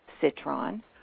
Citron